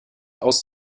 aus